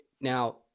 now